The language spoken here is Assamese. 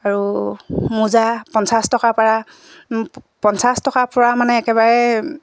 আৰু মোজা পঞ্চাছ টকাৰপৰা পঞ্চাছ টকাৰপৰা মানে একেবাৰে